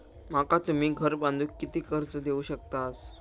माका तुम्ही घर बांधूक किती कर्ज देवू शकतास?